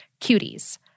cuties